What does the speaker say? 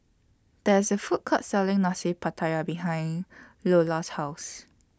There IS A Food Court Selling Nasi Pattaya behind Loula's House